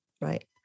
Right